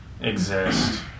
exist